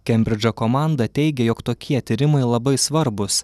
kembridžo komanda teigė jog tokie tyrimai labai svarbūs